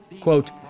Quote